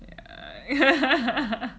yeah